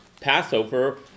Passover